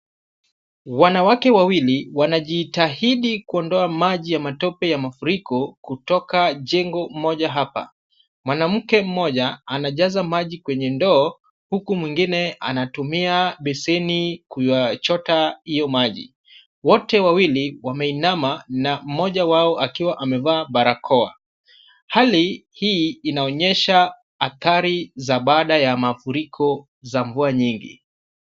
Wanawake wawili wanajitahidi kuondoa maji ya matope ya mafuriko kutoka jengo moja hapa. Mwanamke mmoja anajaza maji kwenye ndoo huku mwingine anatumia beseni kuyachota hiyo maji. Wote wawili wameinama na mmoja wao wakiwa amevaa barakoa. Hali hii inaonyesha athari za baada ya mafuriko za mvua nyingi.